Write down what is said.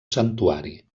santuari